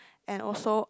and also